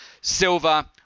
silver